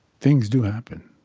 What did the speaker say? things do happen.